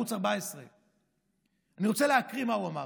מערוץ 14. אני רוצה להקריא מה הוא אמר: